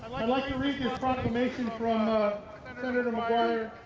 i'd like to read this proclamation from senator mcguire